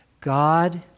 God